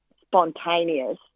spontaneous